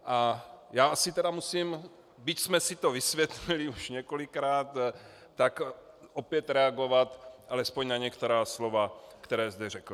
A já asi tedy musím, byť jsme si to vysvětlili už několikrát, opět reagovat alespoň na některá slova, která zde řekl.